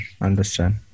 understand